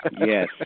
Yes